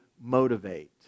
motivate